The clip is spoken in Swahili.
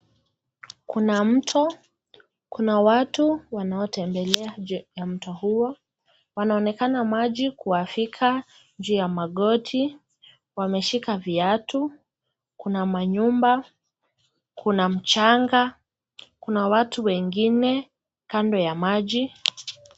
Kuna mto. Kuna watu wanaotembelea juu ya mto huo, wanaonekana maji kuwafika juu ya magoti, wameshika viatu. Kuna manyumba, kuna mchanga. Kuna watu wengine kando ya maji.